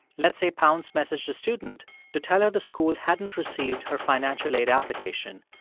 let's say pounce messaged a student to tell her the school hadn't received her financial aid application,